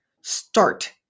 Start